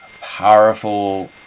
powerful